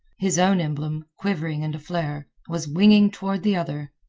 his own emblem, quivering and aflare, was winging toward the other.